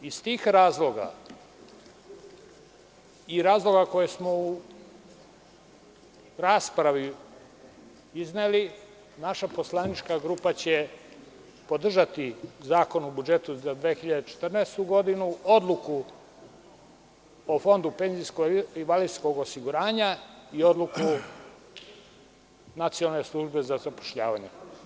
Iz tih razloga i razloga koje smo u raspravi izneli, naša poslanička grupa će podržati Zakon o budžetu za 2014. godinu, odluku o PIO fondu i odluku Nacionalne službe za zapošljavanje.